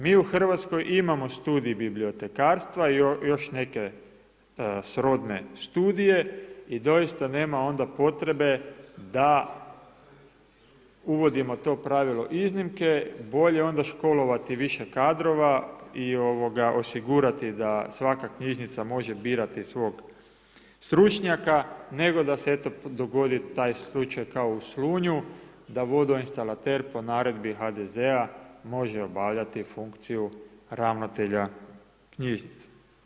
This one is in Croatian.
Mi u Hrvatskoj imamo studij bibliotekarstva i još neke srodne studije i dosita onda nema potrebe, da uvodimo to pravilo iznimke, bolje onda školovati više kadrova i osigurati da svaka knjižnica može birati svog stručnjaka, nego da se dogodi taj slučaj u Slunju, da vodoinstalater, po naredbi HDZ-a može obavljati funkciju ravnatelja knjižnice.